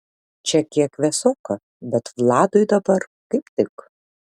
čia kiek vėsoka bet vladui dabar kaip tik